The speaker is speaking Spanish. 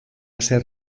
ser